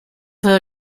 her